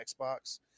xbox